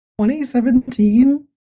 2017